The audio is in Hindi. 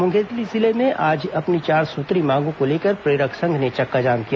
मुंगेली जिले में आज अपनी चार सूत्रीय मांगों को लेकर प्रेरक संघ ने चक्काजाम किया